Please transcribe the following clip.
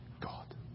God